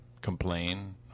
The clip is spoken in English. complain